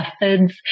methods